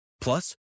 Plus